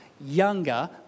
younger